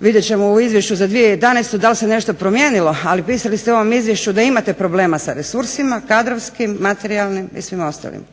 vidjet ćemo u izvješću za 2011. da li se nešto promijenilo, ali pisali ste u ovom izvješću da imate problema sa resursima kadrovskim, materijalnim i svim ostalim.